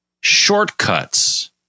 shortcuts